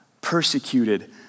persecuted